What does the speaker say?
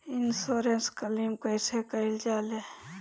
Insurance claim कइसे कइल जा ले?